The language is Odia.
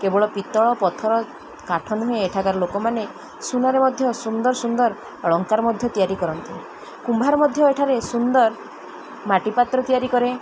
କେବଳ ପିତ୍ତଳ ପଥର କାଠ ନୁହେଁ ଏଠାକାର ଲୋକମାନେ ସୁନାରେ ମଧ୍ୟ ସୁନ୍ଦର ସୁନ୍ଦର ଅଳଙ୍କାର ମଧ୍ୟ ତିଆରି କରନ୍ତି କୁମ୍ଭାର ମଧ୍ୟ ଏଠାରେ ସୁନ୍ଦର ମାଟି ପାତ୍ର ତିଆରି କରେ